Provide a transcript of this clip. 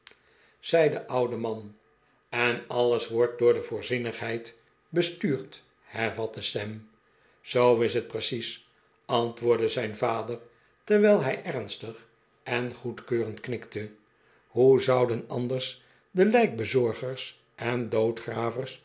zei de oude man en alles wordt door de voorzienigheid bestuurd hervatte sam zoo is het precies antwoordde zijn vader terwijl hij ernstig en goedkeurend knikte hoe zouden anders de lijkbezorgers en